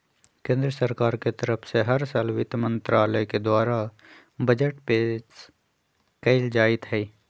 केन्द्र सरकार के तरफ से हर साल वित्त मन्त्रालय के द्वारा बजट पेश कइल जाईत हई